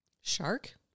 Shark